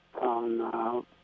on –